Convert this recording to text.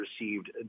received